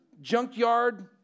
junkyard